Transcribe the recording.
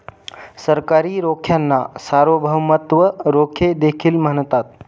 सरकारी रोख्यांना सार्वभौमत्व रोखे देखील म्हणतात